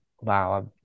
wow